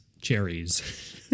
cherries